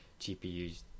GPUs